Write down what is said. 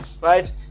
right